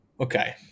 Okay